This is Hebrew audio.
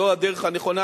זו הדרך הנכונה,